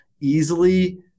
easily